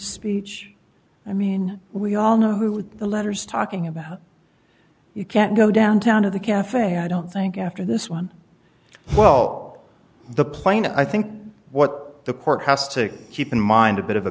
speech i mean we all know who the letters talking about you can't go downtown to the caf i don't think after this one well the plain i think what the court has to keep in mind a bit of a